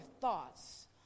thoughts